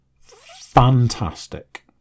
Fantastic